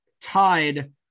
tied